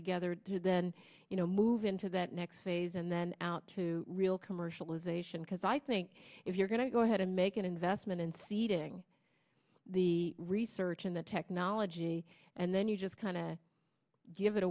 together then you know move into that next phase and then out to real commercialization because i think if you're going to go ahead and make an investment in seeding the research and the technology and then you just kind of give it